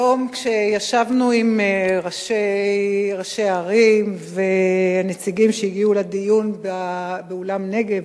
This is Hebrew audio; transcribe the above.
היום כשישבנו עם ראשי הערים והנציגים שהגיעו לדיון באולם "נגב",